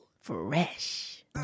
fresh